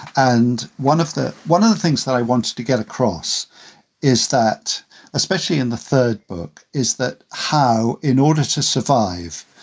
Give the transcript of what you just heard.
and one of the one of the things i wanted to get across is that especially in the third book, is that how in order to survive,